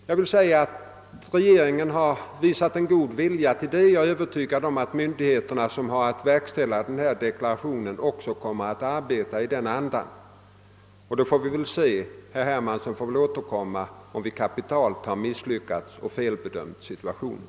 Jag vill säga att regeringen har visat en god vilja i detta sammanhang, och jag är övertygad om att de myndigheter som har att verkställa vad som sägs i denna deklaration också kommer att arbeta i den andan. Vi får väl se hur det går. Herr Hermansson får väl återkomma, om det visar sig att vi kapitalt har misslyckats och felbedömt situationen.